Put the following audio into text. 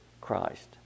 Christ